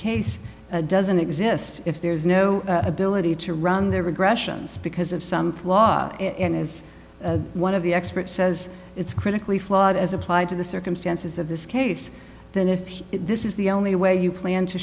case doesn't exist if there is no ability to run their regressions because of some flaw in is one of the expert says it's critically flawed as applied to the circumstances of this case then if this is the only way you plan to